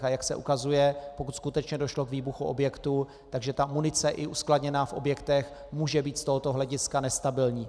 A jak se ukazuje, pokud skutečně došlo k výbuchu objektu, tak že ta munice i uskladněná v objektech může být z tohoto hlediska nestabilní.